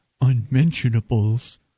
unmentionables